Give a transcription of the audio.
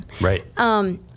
Right